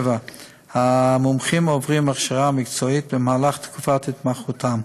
7. המומחים עוברים הכשרה מקצועית במהלך תקופת התמחותם.